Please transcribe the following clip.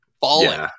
falling